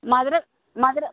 മധുരം മധുരം